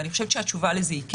אני חושבת שהתשובה לזה היא כן,